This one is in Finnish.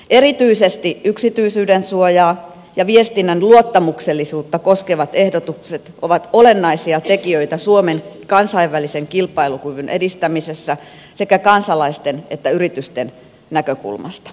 erityisesti yksityisyyden suojaa ja viestinnän luottamuksellisuutta koskevat ehdotukset ovat olennaisia tekijöitä suomen kansainvälisen kilpailukyvyn edistämisessä sekä kansalaisten että yritysten näkökulmasta